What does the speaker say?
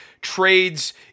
trades